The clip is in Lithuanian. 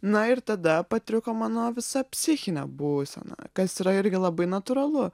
na ir tada patriko mano visa psichinė būsena kas yra irgi labai natūralu